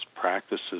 practices